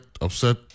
upset